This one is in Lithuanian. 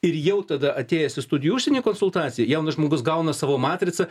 ir jau tada atėjęs į studijų užsieny konsultaciją jaunas žmogus gauna savo matricą